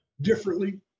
differently